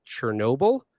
Chernobyl